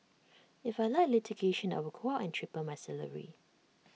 if I liked litigation I would go out and triple my salary